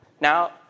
Now